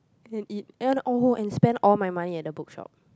and eat and oh and spend all my money at the book shop